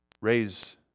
raise